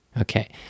Okay